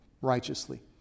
righteously